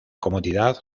comodidad